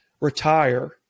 retire